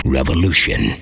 Revolution